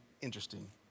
interesting